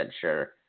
sure